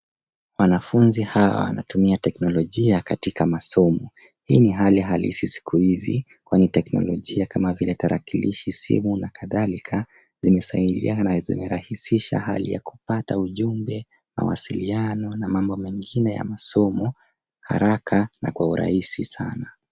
Wanafunzi hawa wanatumia teknolojia katika masomo. Hii ni hali halisi siku hizi, kwani teknolojia kama vile tarakilishi, simu, na kadhalika, zimesaidia na zimerahisisha hali ya kupata ujumbe, mawasiliano, na mambo mengine ya masomo haraka na kwa urahisi sana.